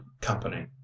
company